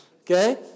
Okay